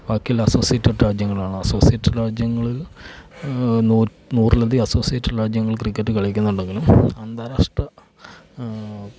ബാക്കിയെല്ലാം അസ്സോസിയേറ്റഡ് രാജ്യങ്ങളാണ് അസ്സോസിയേറ്റഡ് രാജ്യങ്ങളിൽ നൂ നൂറിലധികം അസോസിയേറ്റഡ് രാജ്യങ്ങൾ ക്രിക്കറ്റ് കളിക്കുന്നുണ്ടെങ്കിലും അന്താരാഷ്ട്ര